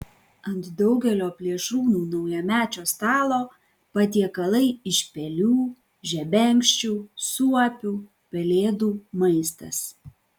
ant daugelio plėšrūnų naujamečio stalo patiekalai iš pelių žebenkščių suopių pelėdų maistas